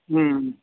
ம்